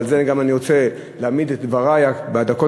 ועליו אני רוצה להעמיד את דברי בדקות